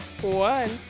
one